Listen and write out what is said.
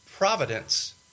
Providence